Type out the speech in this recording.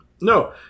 No